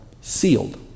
sealed